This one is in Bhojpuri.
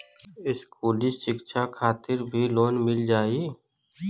इस्कुली शिक्षा खातिर भी लोन मिल जाई?